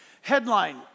Headline